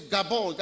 Gabon